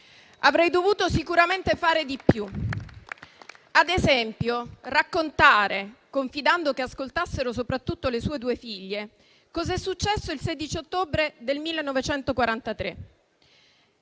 Avrei dovuto sicuramente fare di più: ad esempio, raccontare - confidando che ascoltassero soprattutto le sue due figlie - cosa è successo il 16 ottobre del 1943.